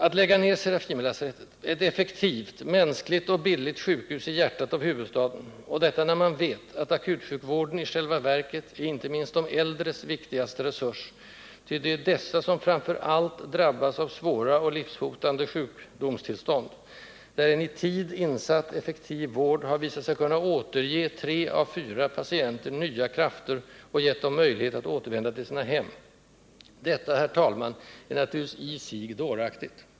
Att lägga ned Serafimerlasarettet — ett effektivt, mänskligt och billigt sjukhus i hjärtat av huvudstaden — och detta när man vet att akutsjukvården i själva verket är icke minst de äldres viktigaste resurs, ty det är dessa som framför allt drabbas av svåra och livshotande sjukdomstillstånd, där en i tid insatt effektiv vård har visat sig kunna återge tre av fyra patienter nya krafter, och gett dem möjlighet att återvända till sina hem — detta, herr talman, är naturligtvis i sig dåraktigt.